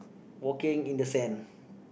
walking in the sand